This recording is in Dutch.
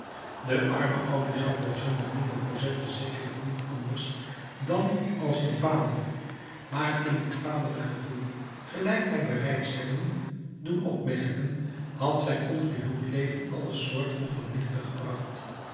de arme oude jean valjean beminde cosette zekerlijk niet anders dan als een vader maar in dit vaderlijk gevoel gelijk wij bereids hebben doen opmerken had zijn ongehuwd leven alle soorten van liefde gebracht